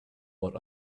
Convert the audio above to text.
what